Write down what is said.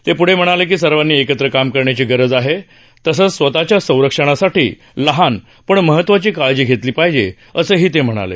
ते पुढे म्हणाले की सर्वांनी एकत्र काम करण्याची गरज आहे तसंच स्वतःच्या संरक्षणासाठी लहान पण महत्वाची काळजी घेतली पाहिजे असंही मोदी म्हणाले